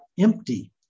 empty